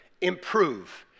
improve